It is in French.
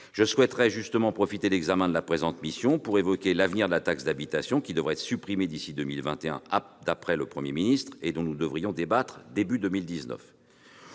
je souhaite profiter de l'examen de la présente mission pour évoquer l'avenir de la taxe d'habitation, qui devrait être supprimée d'ici à 2021, d'après le Premier ministre, et dont nous devrions débattre début 2019.